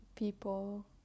people